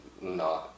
No